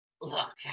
Look